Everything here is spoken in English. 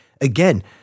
again